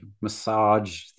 massage